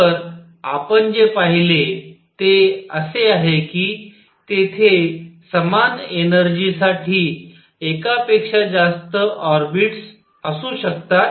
तर आपण जे पाहिले ते असे आहे कि तेथे समान एनर्जी साठी एकापेक्षा जास्त ऑर्बिटस असू शकतात